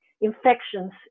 infections